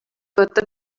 võtta